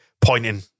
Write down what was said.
pointing